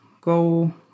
go